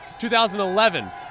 2011